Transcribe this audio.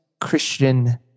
Christian